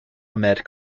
ahmed